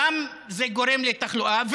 זה גורם גם לתחלואה.